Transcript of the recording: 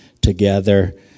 together